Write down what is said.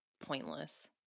pointless